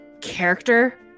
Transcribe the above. character